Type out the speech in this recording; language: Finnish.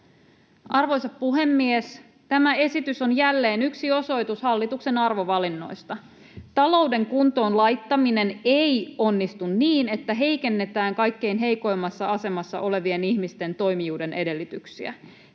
Arvoisa puhemies! Tämä esitys on jälleen yksi osoitus hallituksen arvovalinnoista. Talouden kuntoon laittaminen ei onnistu niin, että heikennetään kaikkein heikoimmassa asemassa olevien ihmisten toimijuuden edellytyksiä.